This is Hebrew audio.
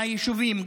מהיישובים,